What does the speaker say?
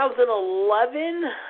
2011